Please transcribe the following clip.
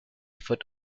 foot